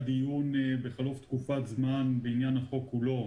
דיון בחלוף תקופת זמן בעניין החוק כולו.